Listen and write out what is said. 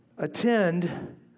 Attend